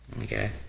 Okay